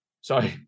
sorry